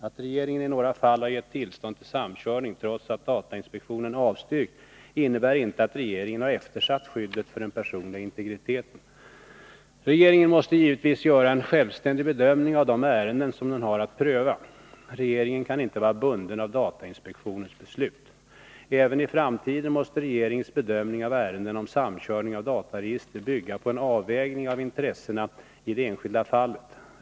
Att regeringen i några fall har gett tillstånd till samkörning, trots att datainspektionen avstyrkt, innebär inte att regeringen har eftersatt skyddet för den personliga integriteten. Regeringen måste givetvis göra en självständig bedömning av de ärenden som den har att pröva. Regeringen kan inte vara bunden av datainspektionens beslut. Även i framtiden måste regeringens bedömning av ärenden om samkörning av dataregister bygga på en avvägning av intressena i det enskilda fallet.